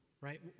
Right